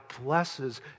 blesses